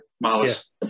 Malice